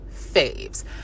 faves